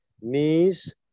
knees